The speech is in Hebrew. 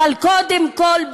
אבל קודם כול,